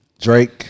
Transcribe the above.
Drake